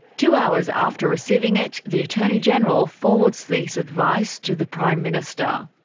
two hours after receiving it, the attorney general forwards this advice to the prime minister.